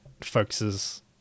focuses